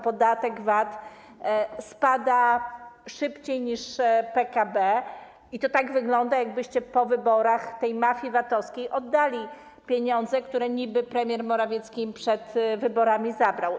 Podatek VAT spada szybciej niż PKB i to tak wygląda, jakbyście po wyborach mafii VAT-owskiej oddali pieniądze, które niby premier Morawiecki im przed wyborami zabrał.